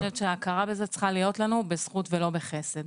חושבת שההכרה בזה צריכה להיות לנו בזכות ולא בחסד.